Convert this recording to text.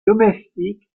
domestiques